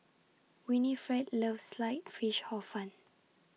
Winnifred loves Sliced Fish Hor Fun